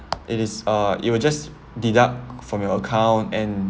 it is uh it will just deduct from your account and